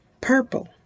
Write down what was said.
purple